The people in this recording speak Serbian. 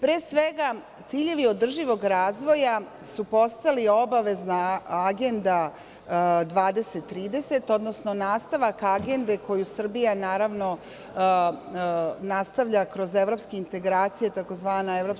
Pre svega, ciljevi održivog razvoja su postali obavezna Agenda 2030, odnosno nastavak agende koju Srbija, naravno, nastavlja kroz evropske integracije, tzv. EU